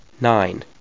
Nine